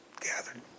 gathered